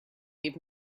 give